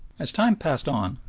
as time passed on,